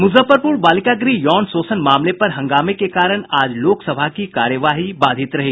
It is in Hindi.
मुजफ्फरपुर बालिका गृह यौन शोषण मामले पर हंगामे के कारण आज लोकसभा की कार्यवाही बाधित रही